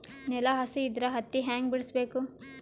ನೆಲ ಹಸಿ ಇದ್ರ ಹತ್ತಿ ಹ್ಯಾಂಗ ಬಿಡಿಸಬೇಕು?